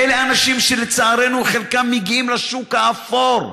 אלה אנשים שחלקם, לצערנו, מגיעים לשוק האפור,